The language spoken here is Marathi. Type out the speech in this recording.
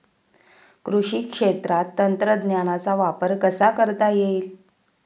कृषी क्षेत्रात तंत्रज्ञानाचा वापर कसा करता येईल?